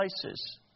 places